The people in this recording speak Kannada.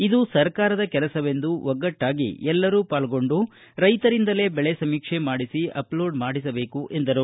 ಇದು ಸರ್ಕಾರದ ಕೆಲಸವೆಂದು ಒಗ್ಗಟ್ಟಾಗಿ ಎಲ್ಲರೂ ಪಾಲ್ಗೊಂಡು ರೈತರಿಂದಲೇ ಬೆಳೆ ಸಮೀಕ್ಷೆ ಮಾಡಿಸಿ ಅಪ್ಲೋಡ್ ಮಾಡಿಸಬೇಕು ಎಂದರು